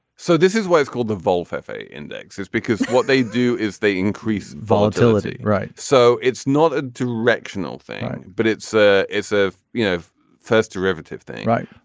so this is why it's called the vault hefei index is because what they do is they increase volatility. right. so it's not a directional thing but it's a it's a you know first derivative thing. right.